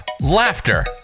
laughter